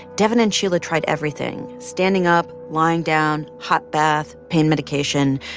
devyn and sheila tried everything standing up, lying down, hot bath, pain medication.